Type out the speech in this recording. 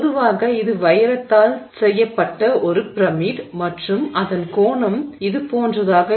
பொதுவாக இது வைரத்தால் செய்யப்பட்ட ஒரு பிரமிடு மற்றும் அதன் கோணம் இதுபோன்றதாக இருக்கும் ஸ்லைடு நேரம் 4002